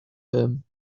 him